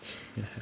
ya